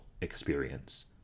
experience